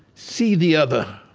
see the other.